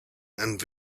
and